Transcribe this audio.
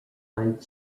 united